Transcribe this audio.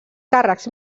càrrecs